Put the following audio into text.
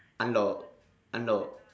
unlock unlock